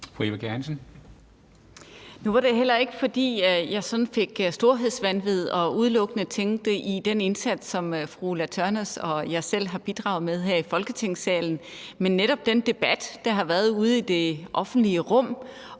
Nu var det heller ikke, fordi jeg sådan fik storhedsvanvid og udelukkende tænkte på den indsats, som fru Ulla Tørnæs og jeg selv har bidraget med her i Folketingssalen. Jeg tænkte netop på den debat, der har været ude i det offentlige rum,